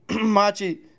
Machi